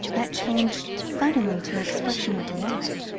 that changed suddenly to an expression of delight.